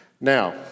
Now